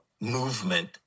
movement